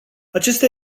acesta